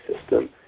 system